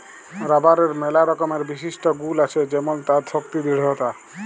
রাবারের ম্যালা রকমের বিশিষ্ট গুল আছে যেমল তার শক্তি দৃঢ়তা